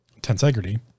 tensegrity